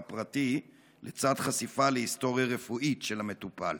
פרטי לצד חשיפה להיסטוריה הרפואית של המטופל?